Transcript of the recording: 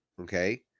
Okay